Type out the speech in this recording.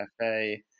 cafe